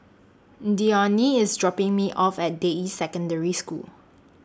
Dionne IS dropping Me off At Deyi Secondary School